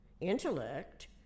Intellect